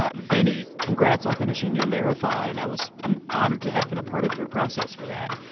ah vinny, congrats on finishing your marathon. and i was i'm honored to have been a part of your process for that.